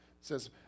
says